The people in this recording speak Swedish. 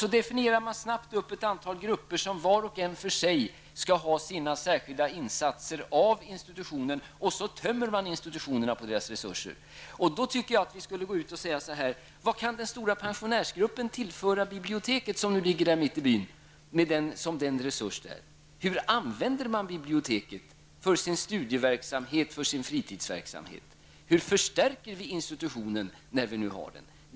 Sedan definierar man snabbt ett antal grupper som var och en för sig fordrar särskilda insatser av institutionen, och på det sättet töms institutionen på sina resurser. Jag tycker att vi skall gå ut och fråga: Vad kan den stora pensionärsgruppen tillföra biblioteket mitt i byn som en resurs där? Hur används biblioteket för studieverksamhet och fritidsverksamhet? Hur förstärker vi denna institution som ändå finns?